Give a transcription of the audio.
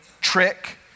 trick